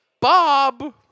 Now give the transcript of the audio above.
Bob